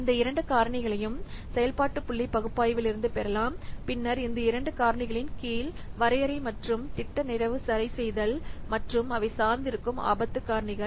இந்த இரண்டு காரணிகளையும் செயல்பாட்டு புள்ளி பகுப்பாய்விலிருந்து பெறலாம் பின்னர் இந்த இரண்டு காரணிகளின் கீழ் வரையறை மற்றும் திட்ட நிறைவு சரிசெய்தல் மற்றும் அவை சார்ந்திருக்கும் ஆபத்து காரணிகள்